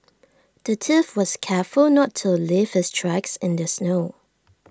the thief was careful not to leave his tracks in the snow